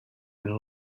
been